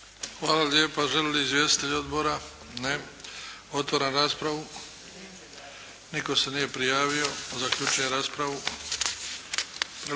Hvala lijepa. Žele li izvjestitelji odbora? Ne. Otvaram raspravu. Nitko se nije prijavio. Zaključujem raspravu.